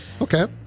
Okay